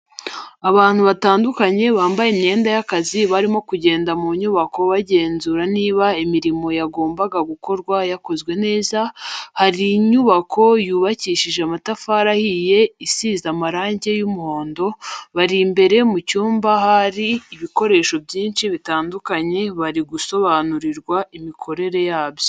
Abantu batandukanye bambaye imyenda y'akazi barimo kugenda mu nyubako bagenzura niba imirimo yagombaga gukorwa yarakozwe neza, hari inyubako yubakishije amatafari ahiye isize amarangi y'umuhondo, bari imbere mu cyumba ahari ibikoresho byinshi bitandukanye bari gusobanurirwa imikorere yabyo.